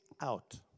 out